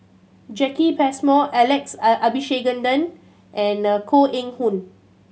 Jacki Passmore Alex Abisheganaden and Koh Eng Hoon